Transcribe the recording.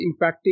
impacting